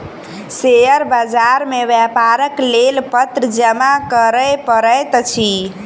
share बाजार मे व्यापारक लेल पत्र जमा करअ पड़ैत अछि